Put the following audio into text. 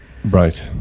Right